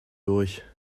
durch